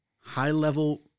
high-level